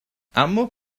اما